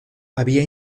había